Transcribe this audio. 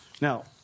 Now